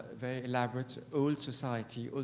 very elaborate old society,